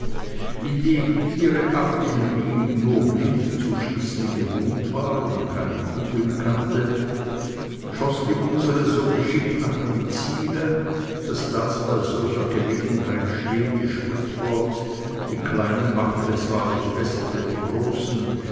indem ihre artillerie nämlich nur blind zu schießen gewohnt war und keine kugeln kannte schoß die unserige so geschickt nach dem ziele daß das bei solcher gelegenheit stehende sprichwort die kleinen machten es wahrlich besser denn die großen